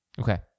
Okay